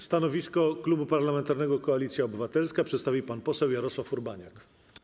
Stanowisko Klubu Parlamentarnego Koalicja Obywatelska przedstawi pan poseł Jarosław Urbaniak.